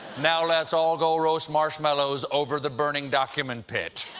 now let's all go roast marshmallows over the burning document pit.